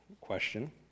question